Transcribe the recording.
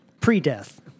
pre-death